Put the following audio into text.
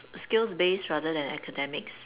skills based rather than academics